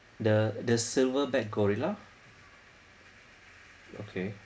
the the silver back gorilla okay